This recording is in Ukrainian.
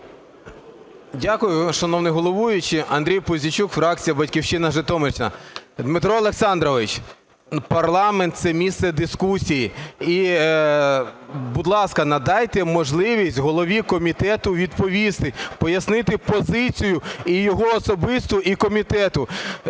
Дякую, шановний головуючий. Андрій Пузійчук, фракція "Батьківщина", Житомирщина. Дмитро Олександрович, парламент – це місце дискусій. І, будь ласка, надайте можливість голові комітету відповісти, пояснити позицію і його особисту, і комітету.